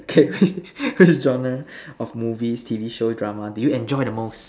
K which which genre of movie T V show drama do you enjoy the most